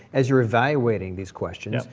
as you're evaluating these questions,